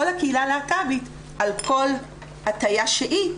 כל הקהילה הלהט"בית על כל הטיה שהיא,